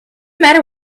matter